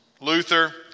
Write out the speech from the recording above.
Luther